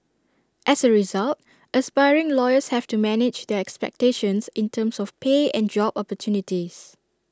as A result aspiring lawyers have to manage their expectations in terms of pay and job opportunities